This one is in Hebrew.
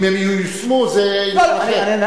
אם הם ייושמו, זה עניין אחר.